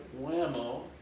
whammo